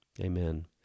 Amen